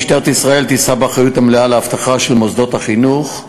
משטרת ישראל תישא באחריות המלאה לאבטחה של מוסדות החינוך.